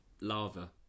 lava